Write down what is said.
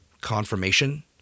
confirmation